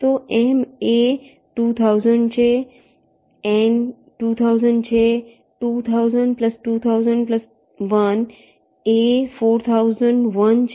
તો M એ 2000 છે N 2000 છે 200020001 એ 4001 છે